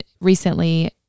recently